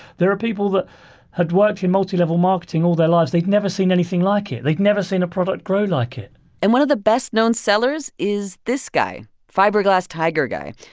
there are people that had worked in multilevel marketing all their lives. they'd never seen anything like it. they'd never seen a product grow like it and one of the best-known sellers is this guy fiberglass tiger guy.